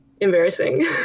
embarrassing